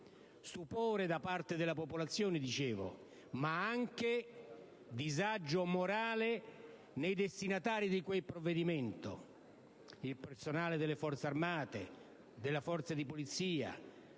Stupore da parte dei cittadini, dicevo, ma anche disagio morale nei destinatari di quel provvedimento - il personale delle Forze armate, delle Forze di polizia